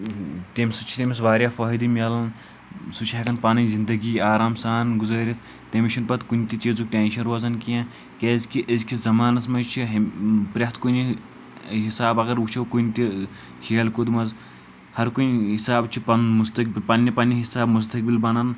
تمہِ سۭتۍ چھُ تیٚمِس واریاہ فٲیِدٕ مِلان سُہ چھُ یٮ۪کان پنٕنۍ زنٛدٕگی آرام سان گُزٲرِتھ تیٚمِس چھُ نہٕ پتہٕ کُنہِ تہِ چیٖزُک ٹیٚنشَن روزان کینٛہہ کیازِکہِ أزۍکِس زمانَس منٛز چھِ پرٮ۪تھ کُنہِ حِسابہ اَگر وٕچھو کُنہِ تہِ کھیل کوٗد منٛز ہر کُنہِ حِسابہٕ چھُ پَنُن مُستقبِل پنٛنہِ پنٛنہِ حِسابہٕ مُستقبِل بنان